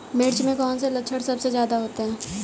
मिर्च में कौन से लक्षण सबसे ज्यादा होते हैं?